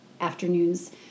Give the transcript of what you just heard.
afternoons